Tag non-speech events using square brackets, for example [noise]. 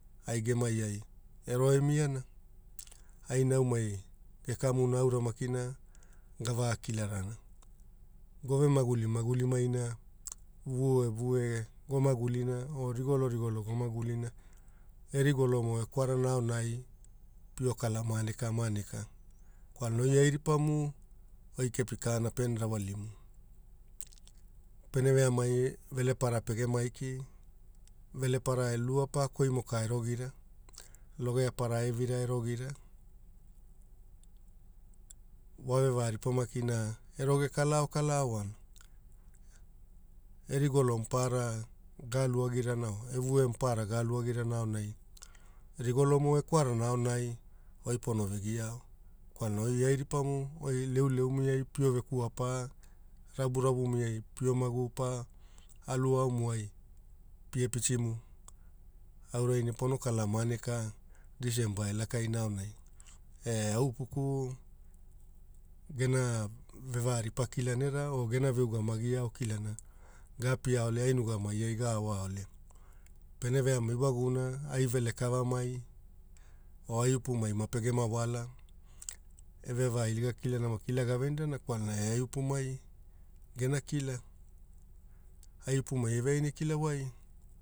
Ai gemai ai eroe miana, ai aomai ai gekamunaaora makina gavakilarana gove maguli maguli maina gekamuna aora maki gavakilarana geve maguli maguli maina vue vue gomagulina o rigolo rigolo go magulina e rigolomo e kwarana aonai pio kala maneka maneka kwalu oi airipamuoi kepi kana pene rawalimu pene veamai velepara pegeme aiki velepara lua pa koimo ka roire logeapara evira roira, vovevaripa makina eroe gakalao kalao ana. E rigolo maparara galuagirana e uve maparara galuagirana aonai rigolomo e kwalana aonai goi pono vegiao kwalana oi asiripamu oi leuleu miai pio vekua pa ravuravu mia pio navu pa, alu aomuai pie pitimu aurai ne poro kalamaneka Disemba e lakaina ainai [hesitation] au upuku gena vevaripa kilana era o gena veugamagi ao kilanana gapia ole ai mugumuia gaoao wala evevailiga kila gavenirana kwalana e ai upumai gena kila ai upumai eveaina e kila wai